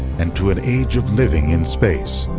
and to an age of living in space.